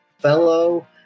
fellow